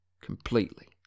Completely